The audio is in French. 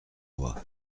voix